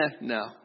no